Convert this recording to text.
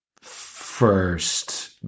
first